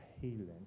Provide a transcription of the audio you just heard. healing